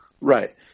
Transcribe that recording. right